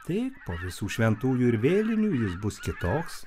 taip po visų šventųjų ir vėlinių jis bus kitoks